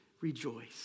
rejoice